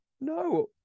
No